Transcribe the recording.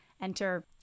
enter